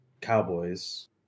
Cowboys